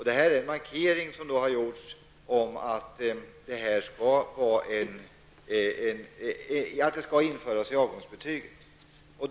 Det är en markering att frånvaro skall införas i avgångsbetygen.